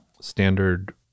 standard